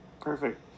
perfect